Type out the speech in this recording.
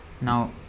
now